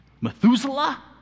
Methuselah